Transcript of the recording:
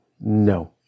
No